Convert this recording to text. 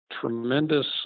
tremendous